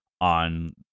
on